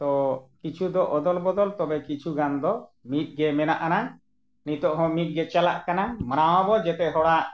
ᱛᱚ ᱠᱤᱪᱷᱩ ᱫᱚ ᱚᱫᱚᱞ ᱵᱚᱫᱚᱞ ᱛᱚᱵᱮ ᱠᱤᱪᱷᱩ ᱜᱟᱱ ᱫᱚ ᱢᱤᱫ ᱜᱮ ᱢᱮᱱᱟᱜ ᱟᱱᱟᱝ ᱱᱤᱛᱳᱜ ᱦᱚᱸ ᱢᱤᱫᱜᱮ ᱪᱟᱞᱟᱜ ᱠᱟᱱᱟ ᱢᱟᱱᱟᱣᱟᱵᱚᱱ ᱡᱚᱛᱚ ᱦᱚᱲᱟᱜ